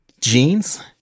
jeans